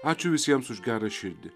ačiū visiems už gerą širdį